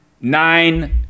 Nine